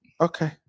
okay